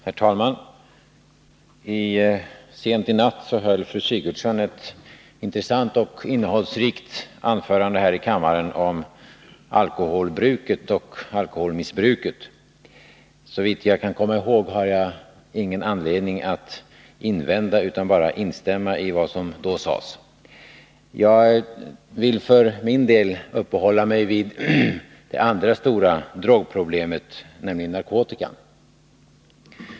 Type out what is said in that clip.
Herr talman! Sent i natt höll fru Sigurdsen ett intressant och innehållsrikt anförande här i kammaren om alkoholbruket och alkoholmissbruket. Såvitt jag kan komma ihåg har jag ingen anledning att invända utan kan instämma i vad som då sades. Jag vill för min del uppehålla mig vid det andra stora drogproblemet, narkotikan.